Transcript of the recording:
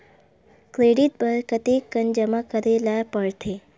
Credit बर कतेकन जमा करे ल पड़थे?